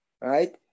right